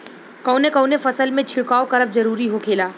कवने कवने फसल में छिड़काव करब जरूरी होखेला?